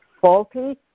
faulty